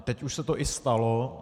Teď už se to i stalo.